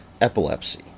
epilepsy